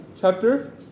Chapter